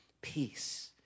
peace